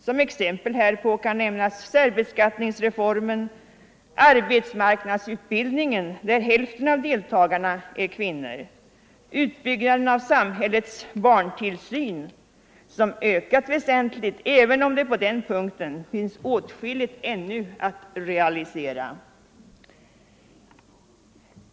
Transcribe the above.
Som exempel härpå kan nämnas särbeskattningsreformen, arbetsmarknadsutbildningen, där hälften av deltagarna är kvinnor, och utbyggnaden av samhällets barntillsyn som ökat väsentligt även om det på den punkten ännu finns åtskilligt att realisera.